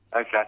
Okay